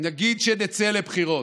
נגיד שנצא לבחירות,